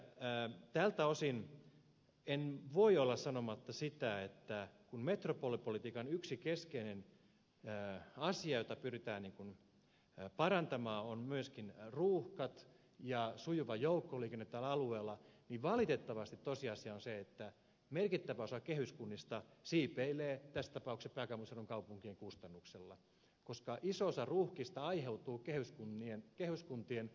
eli tältä osin en voi olla sanomatta sitä että kun metropolipolitiikan yksi keskeinen asia jota pyritään parantamaan on myöskin ruuhkat ja sujuva joukkoliikenne tällä alueella niin valitettavasti tosiasia on se että merkittävä osa kehyskunnista siipeilee tässä tapauksessa pääkaupunkiseudun kaupunkien kustannuksella koska iso osa ruuhkista aiheutuu kehyskuntien vähäisestä joukkoliikennesatsauksesta